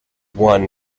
won